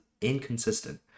inconsistent